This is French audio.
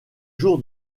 jour